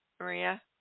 Maria